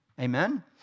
amen